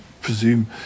presume